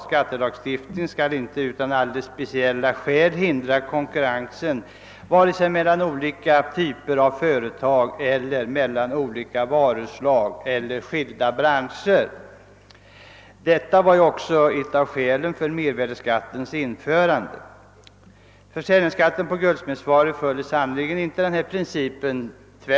Skattelagstiftningen skall inte utan alldeles speciella skäl hindra konkurrensen vare sig mellan olika typer av företag eller mellan olika varuslag eller skilda branscher. Detta var också ett av skälen för mervärdeskattens införande. Försäljningsskatten på guldsmedsvaror följer sannerligen inte denna princip.